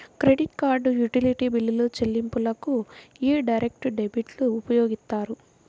credit card, utility బిల్లుల చెల్లింపులకు యీ డైరెక్ట్ డెబిట్లు ఉపయోగిత్తారు